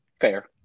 Fair